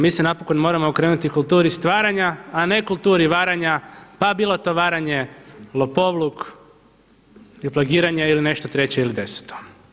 Mi se napokon moramo okrenuti kulturi stvaranja, a ne kulturi varanja, pa bilo to varanje, lopovluk ili plagiranje ili nešto treće ili deseto.